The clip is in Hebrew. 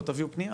לא תביאו פנייה.